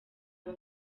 aba